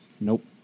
Nope